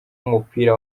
w’umupira